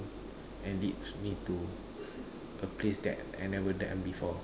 and leads me to a place that I never done before